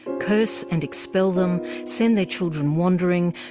curse and expel them, send their children wandering,